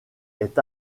est